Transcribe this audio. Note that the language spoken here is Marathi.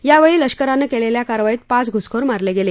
यावेळी लष्करानं केलेल्या कारवाईत पाच घुसखोर मारले गेले